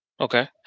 Okay